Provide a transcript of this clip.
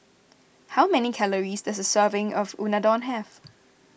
how many calories does a serving of Unadon have